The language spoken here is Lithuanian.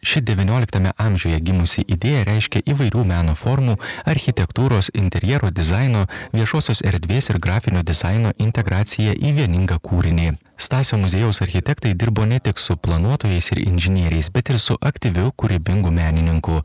ši devynioliktame amžiuje gimusi idėja reiškia įvairių meno formų architektūros interjero dizaino viešosios erdvės ir grafinio dizaino integraciją į vieningą kūrinį stasio muziejaus architektai dirbo ne tik su planuotojais ir inžinieriais bet ir su aktyviu kūrybingu menininku